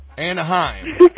Anaheim